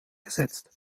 gesetzt